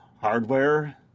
hardware